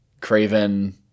Craven